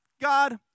God